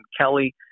Kelly